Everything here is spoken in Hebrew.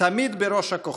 תמיד בראש הכוחות,